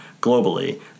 globally